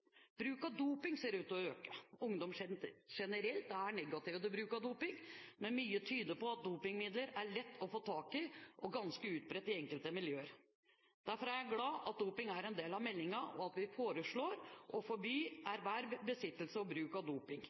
Bruk av dopingmidler ser ut til å øke. Ungdom generelt er negative til doping, men mye tyder på at dopingmidler er lette å få tak i og ganske utbredt i enkelte miljøer. Derfor er jeg glad for at doping er en del av meldingen, og at vi foreslår forbud av erverv, besittelse og bruk av